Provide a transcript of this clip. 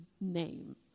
name